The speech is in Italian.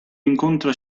incontra